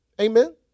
Amen